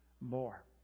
more